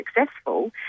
successful